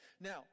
Now